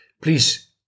Please